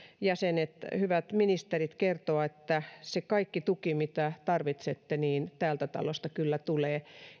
jäsenet hyvät ministerit kertoa että se kaikki tuki mitä tarvitsette täältä talosta kyllä tulee